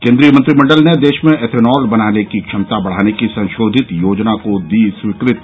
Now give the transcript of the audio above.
केन्द्रीय मंत्रिमंडल ने देश में एथेनॉल बनाने की क्षमता बढाने की संशोधित योजना को दी स्वीकृति